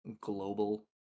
global